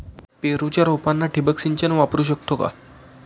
पेरूच्या रोपांना ठिबक सिंचन वापरू शकतो का?